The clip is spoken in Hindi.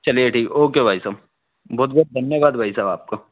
चलिए ठीक ओ के भाई सहाब बहुत बहुत धन्यवाद भाई साहब आपका